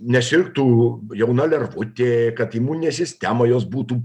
nesirgtų jauna lervutė kad imuninė sistema jos būtų